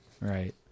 Right